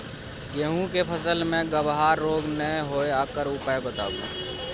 गेहूँ के फसल मे गबहा रोग नय होय ओकर उपाय बताबू?